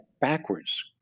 backwards